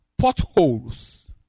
potholes